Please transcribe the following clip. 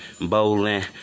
bowling